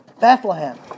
Bethlehem